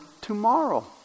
tomorrow